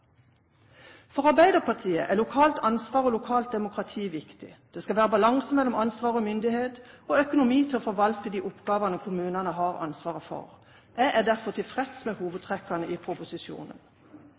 For Arbeiderpartiet er lokalt ansvar og lokalt demokrati viktig. Det skal være balanse mellom ansvar og myndighet, og økonomi til å forvalte de oppgavene kommunene har ansvaret for. Jeg er derfor tilfreds med